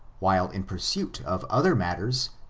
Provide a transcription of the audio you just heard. while in pursuit of other matters,